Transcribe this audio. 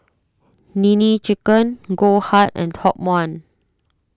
Nene Chicken Goldheart and Top one